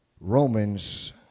Romans